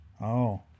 Oh